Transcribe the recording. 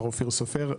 אופיר סופר,